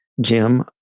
Jim